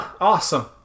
Awesome